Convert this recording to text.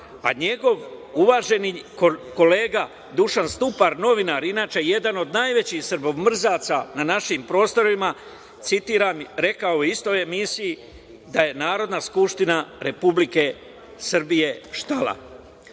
Njegov uvaženi kolega Dušan Stupar, novinar, inače, jedan od najvećih srbomrzaca na našim prostorima rekao je u istoj emisiji, citiram - da je Narodna skupština Republike Srbije štala. Ovi